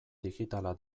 digitala